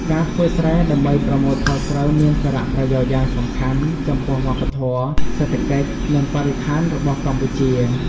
ការធ្វើស្រែ ដើម្បីប្រមូលផលស្រូវមានសារៈប្រយោជន៍យ៉ាងសំខាន់ចំពោះវប្បធម៌ សេដ្ឋកិច្ច និងបរិស្ថានរបស់កម្ពុជា។